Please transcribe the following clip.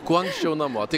kuo anksčiau namo tai